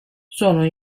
sono